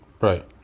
right